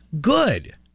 good